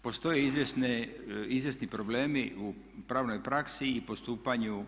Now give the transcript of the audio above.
Postoje izvjesni problemi u pravnoj praksi i postupanju.